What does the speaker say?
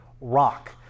rock